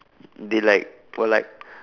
they like were like